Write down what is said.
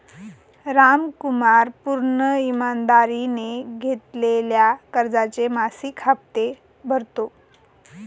रामकुमार पूर्ण ईमानदारीने घेतलेल्या कर्जाचे मासिक हप्ते भरतो